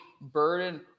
burden